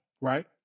right